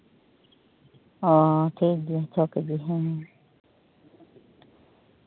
ᱚ ᱴᱷᱤᱠᱜᱮᱭᱟ ᱪᱷᱚ ᱠᱮᱡᱤ ᱦᱩᱭᱮᱱᱟ